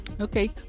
Okay